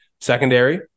secondary